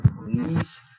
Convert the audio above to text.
please